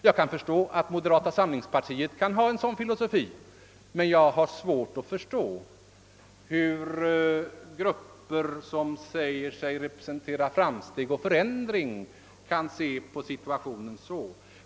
Jag kan inse att moderata samlingspartiet kan ha en sådan filosofi, men jag har svårt att förstå hur grupper, som säger sig representera framsteg och förändring, kan betrakta situationen på det sättet.